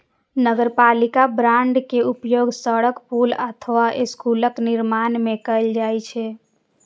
नगरपालिका बांड के उपयोग सड़क, पुल अथवा स्कूलक निर्माण मे कैल जाइ छै